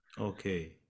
Okay